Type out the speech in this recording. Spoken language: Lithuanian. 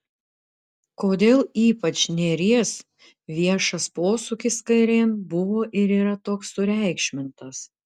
kodėl ypač nėries viešas posūkis kairėn buvo ir yra toks sureikšmintas